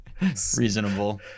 Reasonable